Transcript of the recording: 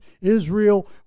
Israel